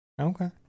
Okay